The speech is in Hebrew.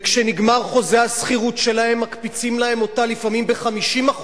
וכשנגמר חוזה השכירות שלהם מקפיצים להם אותה לפעמים ב-50%,